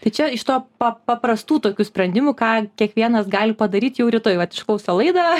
tai čia iš to pa paprastų tokių sprendimų ką kiekvienas gali padaryt jau rytojvat išklausau laidą